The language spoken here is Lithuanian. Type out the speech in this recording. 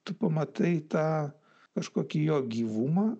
tu pamatai tą kažkokį jo gyvumą